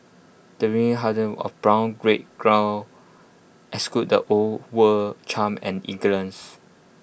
the of brown red exude the old world charm and elegance